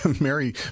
Mary